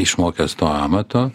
išmokęs to amato